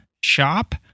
shop